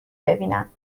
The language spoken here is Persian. ببینم